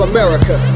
America